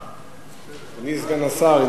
אדוני סגן השר,